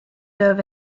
over